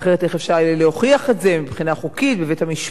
אחרת איך אפשר יהיה להוכיח את זה מבחינה חוקית בבית-משפט,